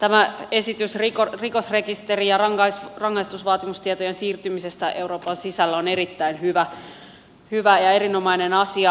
tämä esitys rikosrekisteri ja rangaistusvaatimustietojen siirtymisestä euroopan sisällä on erittäin hyvä ja erinomainen asia